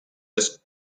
asked